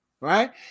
right